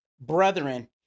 Brethren